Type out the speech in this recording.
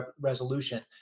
resolution